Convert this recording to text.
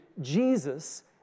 Jesus